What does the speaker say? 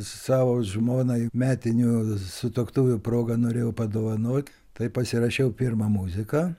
savo žmonai metinių sutuoktuvių proga norėjau padovanot tai pasirašiau pirma muziką